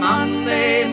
Monday